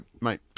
mate